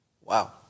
Wow